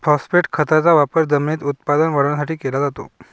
phosphate खताचा वापर जमिनीत उत्पादन वाढवण्यासाठी केला जातो